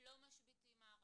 לא משביתים מערכות,